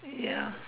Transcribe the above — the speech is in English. ya